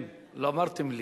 כן, לא אמרתם לי,